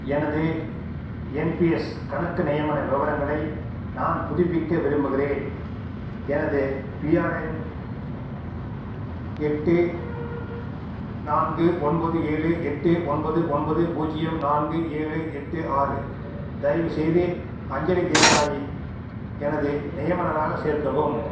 எனது என்பிஎஸ் கணக்கு நியமன விவரங்களை நான் புதுப்பிக்க விரும்புகிறேன் எனது பிஆர்என் எட்டு நான்கு ஒன்பது ஏழு எட்டு ஒன்பது ஒன்பது பூஜ்யம் நான்கு ஏழு எட்டு ஆறு தயவுசெய்து அஞ்சலி தேசாயை எனது நியமனராகச் சேர்க்கவும்